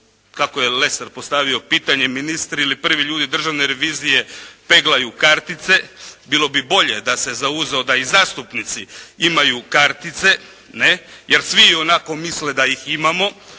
kako je Lesar postavio pitanje ministri ili prvi ljudi Državne revizije peglaju kartice bilo bi bolje da se zauzeo da i zastupnici imaju kartice, ne? Jer svi ionako misle da ih imamo.